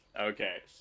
Okay